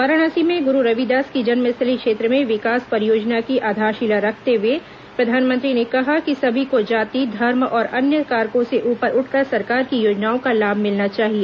वाराणसी में गुरू रविदास की जन्मस्थली क्षेत्र में विकास परियोजना की आधारशिला रखते हुए प्रधानमंत्री ने कहा कि सभी को जाति धर्म और अन्य कारकों से ऊपर उठकर सरकार की योजनाओं का लाभ मिलना चाहिए